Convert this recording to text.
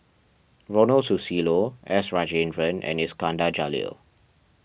Ronald Susilo S Rajendran and Iskandar Jalil